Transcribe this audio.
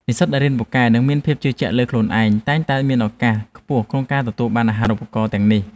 និស្សិតដែលរៀនពូកែនិងមានភាពជឿជាក់លើខ្លួនឯងតែងតែមានឱកាសខ្ពស់ក្នុងការទទួលបានអាហារូបករណ៍ទាំងនេះ។